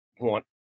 want